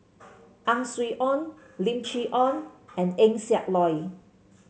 Ang Swee Aun Lim Chee Onn and Eng Siak Loy